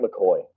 McCoy